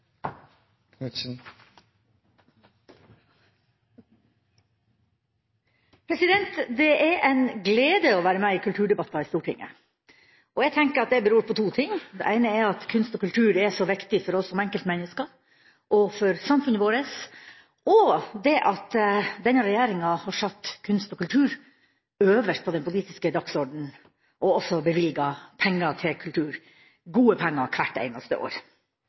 en glede å være med i kulturdebatter i Stortinget. Jeg tenker at det beror på to ting. Den ene er at kunst og kultur er så viktig for oss som enkeltmennesker, og for samfunnet vårt, og det andre er at denne regjeringa har satt kunst og kultur øverst på den politiske dagsordenen og også bevilget penger til kultur – gode penger hvert eneste år.